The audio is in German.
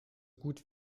gut